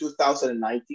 2019